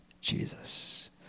Jesus